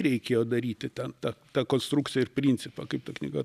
reikėjo daryti ten ta ta konstrukcija ir principą kaip ta knyga